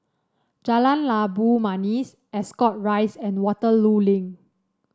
Jalan Labu Manis Ascot Rise and Waterloo Link